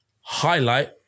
highlight